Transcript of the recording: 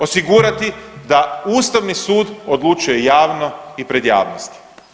Osigurati da Ustavni sud odlučuje javno i pred javnosti.